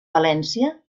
valència